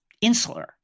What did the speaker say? insular